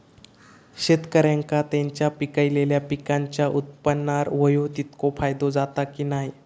शेतकऱ्यांका त्यांचा पिकयलेल्या पीकांच्या उत्पन्नार होयो तितको फायदो जाता काय की नाय?